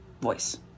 voice